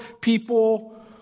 people